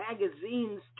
magazines